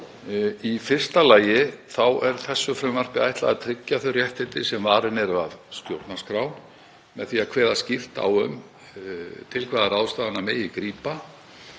Í fyrsta lagi er frumvarpinu ætlað að tryggja þau réttindi sem varin eru af stjórnarskrá með því að kveða skýrt á um til hvaða ráðstafana megi grípa